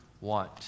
want